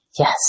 Yes